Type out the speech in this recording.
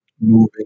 moving